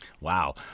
Wow